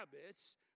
habits